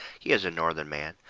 he is a northern man.